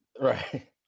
Right